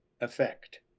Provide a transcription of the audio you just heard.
effect